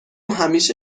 همیشه